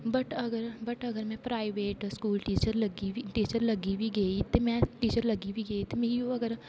but अगर but अगर में प्राइवेट स्कूल टिचर लग्गी बी गेई ते में टीचर लग्गी बी गेई ते मिगी ओह् अगर